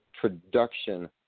production